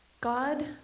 God